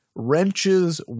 Wrenches